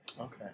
Okay